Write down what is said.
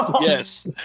Yes